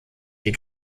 die